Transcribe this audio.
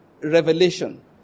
revelation